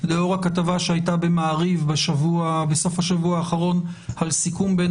לאור הכתבה שהייתה במעריב בסוף השבוע האחרון על סיכום בין